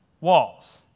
walls